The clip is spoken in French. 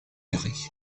carrée